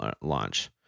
launch